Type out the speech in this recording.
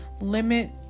Limit